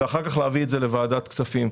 ואחר כך להביא את זה לוועדת הכספים.